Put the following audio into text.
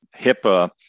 HIPAA